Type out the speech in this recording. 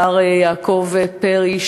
השר יעקב פרי,